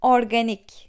Organic